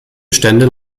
bestände